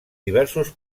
diversos